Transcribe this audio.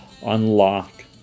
Unlock